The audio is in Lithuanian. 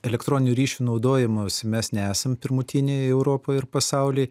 elektroninių ryšių naudojimosi mes nesam pirmutiniai europoj ir pasauly